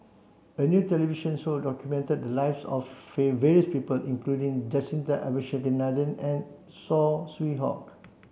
a new television show documented the lives of various people including Jacintha Abisheganaden and Saw Swee Hock